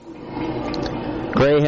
Greyhound